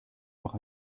noch